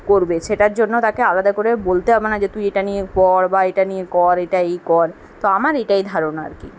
করবে সেটার জন্য তাকে আলাদা করে বলতে হবে না যে তুই এটা নিয়ে পড় বা এটা নিয়ে কর এটা এই কর তো আমার এইটাই ধারণা আর কি